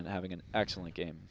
and having an excellent game